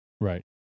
Right